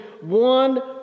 one